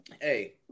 Hey